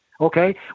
Okay